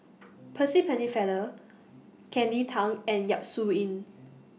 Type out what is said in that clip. Percy Pennefather Kelly Tang and Yap Su Yin